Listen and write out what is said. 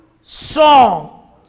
song